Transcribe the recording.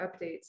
updates